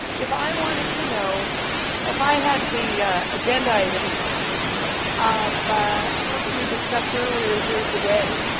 if i wanted to know if i had the agenda item of something we discussed earlier here today,